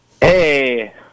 Hey